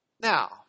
Now